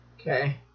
Okay